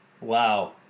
Wow